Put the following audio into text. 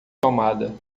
tomada